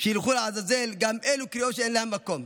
"שילכו לעזאזל" גם אלה קריאות שאין להן מקום,